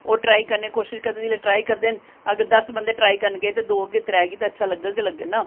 ओह् ट्राई करने दी कोशिश करदे ते जेल्लै ट्राई करने दी कोशिश करदे अग्गें दस्स बंदे ट्राई करने गी गे ते अग्गें दौ जां त्रै गी अच्छा लग्गग गै लग्गग ना